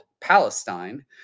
Palestine